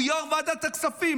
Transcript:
הוא יו"ר ועדת הכספים,